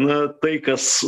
na tai kas